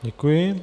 Děkuji.